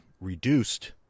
reduced